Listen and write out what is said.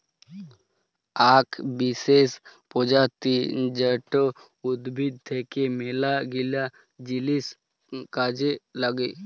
আক বিসেস প্রজাতি জাট উদ্ভিদ থাক্যে মেলাগিলা জিনিস কাজে লাগে